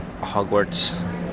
Hogwarts